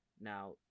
now